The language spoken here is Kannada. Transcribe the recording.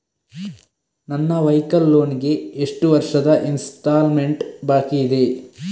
ನನ್ನ ವೈಕಲ್ ಲೋನ್ ಗೆ ಎಷ್ಟು ವರ್ಷದ ಇನ್ಸ್ಟಾಲ್ಮೆಂಟ್ ಬಾಕಿ ಇದೆ?